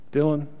Dylan